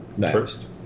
first